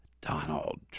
Donald